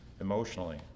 emotionally